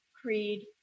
creed